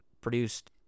produced